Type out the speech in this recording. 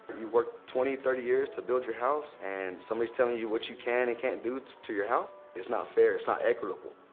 you work twenty, thirty years to build your house. and somebody's telling you what you can and can't do to to your house? it's not fair, it's not equitable.